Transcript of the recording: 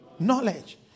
knowledge